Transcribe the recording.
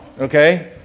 Okay